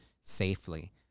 safely